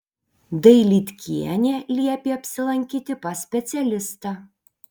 dailydkienė liepė apsilankyti pas specialistą